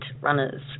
runners